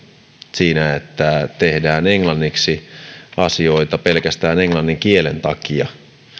niin että tehdään asioita englanniksi pelkästään englannin kielen takia